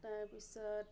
তাৰ পিছত